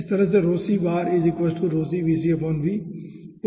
इसी तरह ठीक है